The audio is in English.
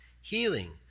Healing